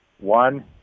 One